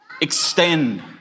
Extend